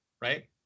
right